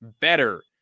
better